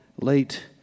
late